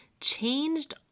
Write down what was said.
changed